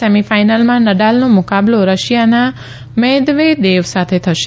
સેમીફાઇનલમાં નડાલનો મુકાબલો રશીયાના મેદવેદેવ સાથે થશે